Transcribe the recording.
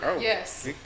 Yes